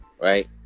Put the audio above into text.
right